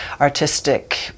artistic